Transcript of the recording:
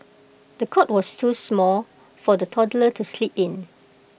the cot was too small for the toddler to sleep in